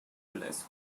list